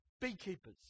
Beekeepers